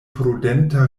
prudenta